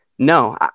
No